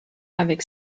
avec